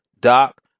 Doc